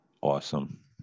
Awesome